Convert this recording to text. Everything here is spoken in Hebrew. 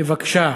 בבקשה.